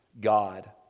God